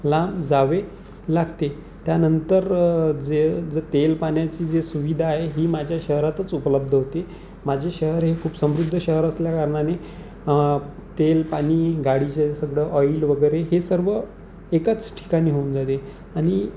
लांब जावे लागते त्यानंतर जे ज तेलपाण्याची जी सुविधा आहे ही माझ्या शहरातच उपलब्ध होते माझे शहर हे खूप समृद्ध शहर असल्याकारणाने तेलपाणी गाडीचे सद्द ऑईल वगैरे हे सर्व एकाच ठिकाणी होऊन जाते आणि